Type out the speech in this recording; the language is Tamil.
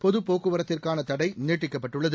பொது போக்குவரத்திற்கான தடை நீட்டிக்கப்பட்டுள்ளது